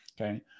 Okay